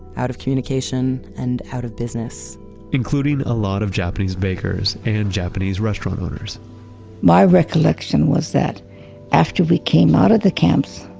out of communication and out of business including a lot of japanese bakers and japanese restaurant owners my recollection was that after we came out of the camps,